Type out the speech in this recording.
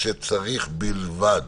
אבל איפה שצריך בלבד.